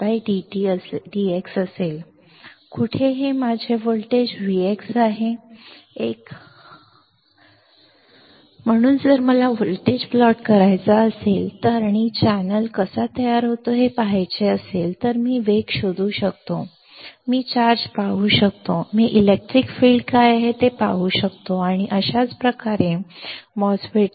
माझे E dvdx कुठे हे माझे व्होल्टेज v आहे हे एक आहे आणि हे माझे dv असेल म्हणून जर मला व्होल्टेज प्लॉट काढायचा असेल आणि मी चॅनेल कसा तयार होतो ते पहायचे आहे मी वेग शोधू शकतो मी चार्ज पाहू शकतो मी इलेक्ट्रिक फील्ड काय आहे ते पाहू शकतो आणि अशाच प्रकारे आम्ही MOSFET